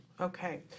Okay